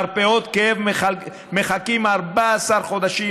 במרפאות כאב מחכים 14 חודשים,